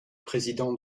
président